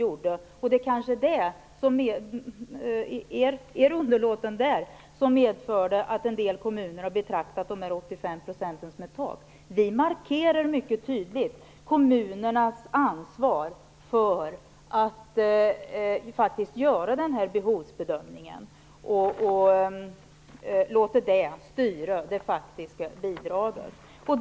Det kanske var er underlåtenhet i det avseendet som medförde att en del kommuner har betraktat nivån 85 % som ett tak. Vi markerar mycket tydligt kommunernas ansvar för att göra en behovsbedömning och låta den styra det faktiska bidraget.